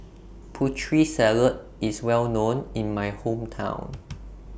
Putri Salad IS Well known in My Hometown